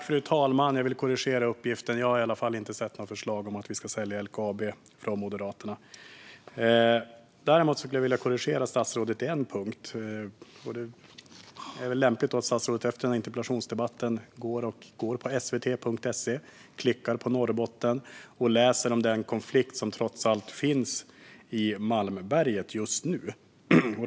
Fru talman! Jag vill korrigera uppgiften: Jag har i alla fall inte sett några förslag från Moderaterna om att vi ska sälja LKAB. Jag vill också korrigera statsrådet på en annan punkt, och det är väl lämpligt att statsrådet efter denna interpellationsdebatt går in på svt.se, klickar på "Norrbotten" och läser om den konflikt som trots allt finns i Malmberget just nu.